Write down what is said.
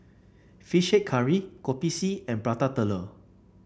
fish head curry Kopi C and Prata Telur